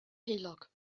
heulog